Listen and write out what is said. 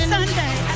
Sunday